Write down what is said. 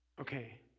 Okay